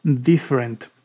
different